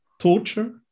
torture